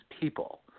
people